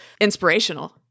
inspirational